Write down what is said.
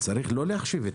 צריך לא להחשיב.